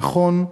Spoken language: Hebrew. נכון,